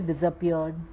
disappeared